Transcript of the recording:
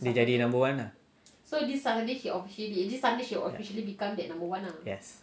dia jadi number one lah yes